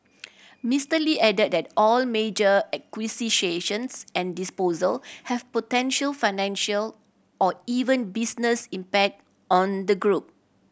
Mister Lee added that all major and disposal have potential financial or even business impact on the group